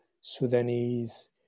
Sudanese